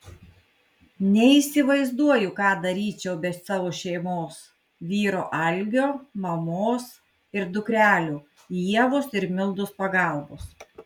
neįsivaizduoju ką daryčiau be savo šeimos vyro algio mamos ir dukrelių ievos ir mildos pagalbos